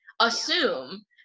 assume